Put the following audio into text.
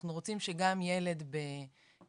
אנחנו רוצים שגם ילד ברהט,